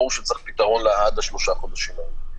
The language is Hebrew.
ברור שצריך פתרון עד לשלושה החודשים האלה.